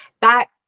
back